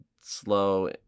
slow